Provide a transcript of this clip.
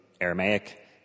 aramaic